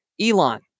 Elon